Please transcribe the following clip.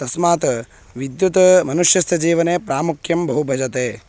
तस्मात् विद्युत् मनुष्यस्य जीवने प्रामुख्यं बहु भजते